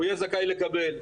הוא יהיה זכאי לקבל,